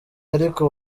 ariko